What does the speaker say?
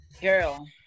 girl